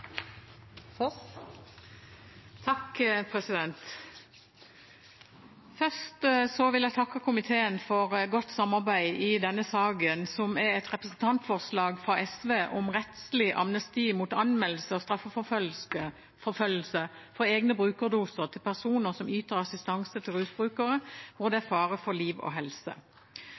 for godt samarbeid i denne saken, som er et representantforslag fra SV om rettslig amnesti mot anmeldelse og straffeforfølgelse for egne brukerdoser til personer som yter assistanse til rusbrukere hvor det er fare for liv og helse.